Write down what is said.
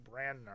Brandner